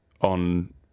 on